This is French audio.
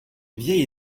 vieil